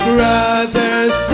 Brothers